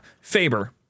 Faber